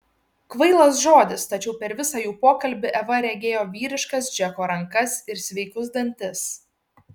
kvailas žodis tačiau per visą jų pokalbį eva regėjo vyriškas džeko rankas ir sveikus dantis